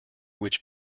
which